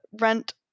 rent